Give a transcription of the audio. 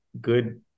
good